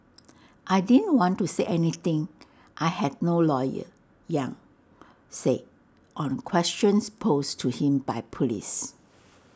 I didn't want to say anything I had no lawyer yang said on questions posed to him by Police